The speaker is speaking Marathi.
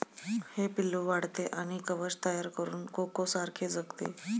हे पिल्लू वाढते आणि कवच तयार करून कोकोसारखे जगते